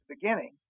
beginning